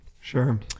Sure